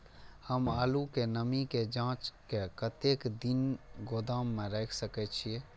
हम आलू के नमी के जाँच के कतेक दिन गोदाम में रख सके छीए?